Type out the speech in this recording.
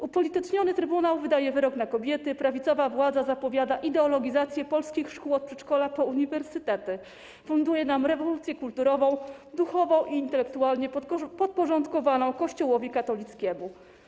Upolityczniony trybunał wydaje wyrok na kobiety, prawicowa władza zapowiada ideologizację polskich szkół od przedszkola po uniwersytety, funduje nam rewolucję kulturową, duchową i intelektualnie podporządkowaną Kościołowi katolickiemu.